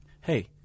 hey